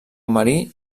marí